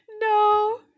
No